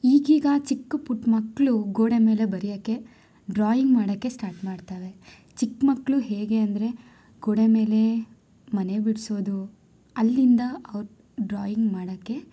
ಈಗೀಗ ಚಿಕ್ಕ ಪುಟ್ಟ ಮಕ್ಕಳು ಗೋಡೆ ಮೇಲೆ ಬರೆಯಕ್ಕೆ ಡ್ರಾಯಿಂಗ್ ಮಾಡಕ್ಕೆ ಸ್ಟಾರ್ಟ್ ಮಾಡ್ತವೆ ಚಿಕ್ಕ ಮಕ್ಳು ಹೇಗೆ ಅಂದರೆ ಗೋಡೆ ಮೇಲೆ ಮನೆ ಬಿಡಿಸೋದು ಅಲ್ಲಿಂದ ಅವ್ರು ಡ್ರಾಯಿಂಗ್ ಮಾಡಕ್ಕೆ